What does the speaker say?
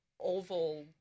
oval